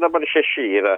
dabar šeši yra